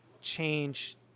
change